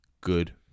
Good